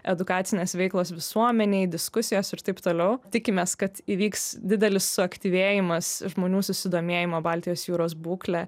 edukacinės veiklos visuomenei diskusijos ir taip toliau tikimės kad įvyks didelis suaktyvėjimas žmonių susidomėjimo baltijos jūros būkle